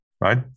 right